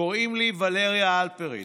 קוראים לי ולריה הלפרין,